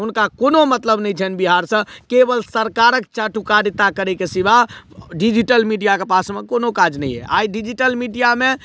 हुनका कोनो मतलब नहि छन्हि बिहारसँ केवल सरकारक चाटुकारिता करयके सिवा डिजिटल मीडियाके पासमे कोनो काज नहि यऽ आइ डिजिटल मीडियामे